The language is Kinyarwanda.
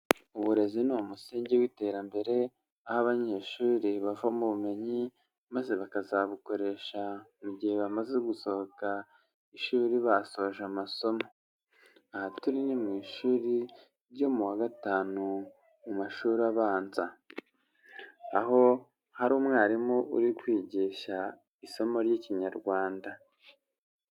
Uburezi ni umusingi w'iterambere, aho abanyeshuri bavamo bumenyi maze bakazabukoresha mu gihe bamaze gusohoka ishuri basoje amasomo. Aha turi mu ishuri ryo mu wa gatanu mu mashuri abanza. Aho hari umwarimu uri kwigisha isomo ry'Ikinyarwanda.